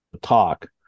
talk